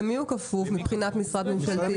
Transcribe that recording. למי הוא כפוף מבחינת משרד ממשלתי?